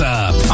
up